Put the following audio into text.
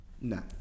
No